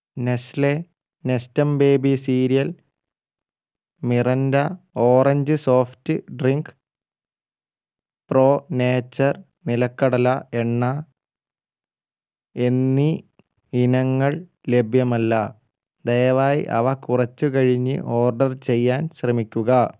Nestle Nestum baby cereal Mirinda orange soft drink pro nature നിലക്കടല എണ്ണ എന്നീ ഇനങ്ങൾ ലഭ്യമല്ല ദയവായി അവ കുറച്ചു കഴിഞ്ഞു ഓർഡർ ചെയ്യാൻ ശ്രമിക്കുക